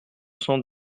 cent